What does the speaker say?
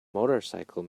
motorcycle